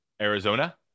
arizona